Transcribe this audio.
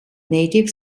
native